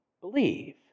Believe